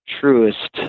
truest